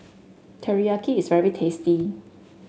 Teriyaki is very tasty